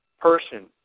person